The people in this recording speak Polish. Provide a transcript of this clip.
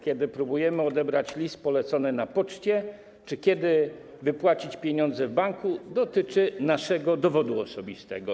Kiedy próbujemy odebrać list polecony na poczcie czy wypłacić pieniądze w banku, potrzebujemy naszego dowodu osobistego.